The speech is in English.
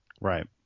Right